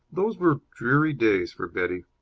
those were dreary days for betty.